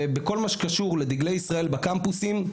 ובכל מה שקשור לדגלי ישראל בקמפוסים,